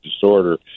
disorder